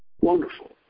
wonderful